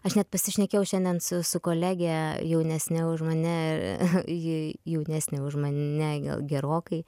aš net pasišnekėjau šiandien su su kolege jaunesne už mane ji jaunesnė už mane gerokai